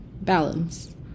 Balance